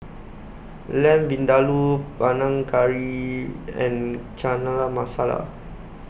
Lamb Vindaloo Panang Curry and Chana Masala